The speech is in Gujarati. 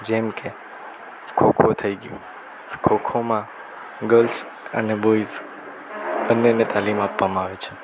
જેમકે ખો ખો થઈ ગયું ખો ખો માં ગર્લ્સ અને બોઈઝ બંનેને તાલીમ આપવામાં આવે છે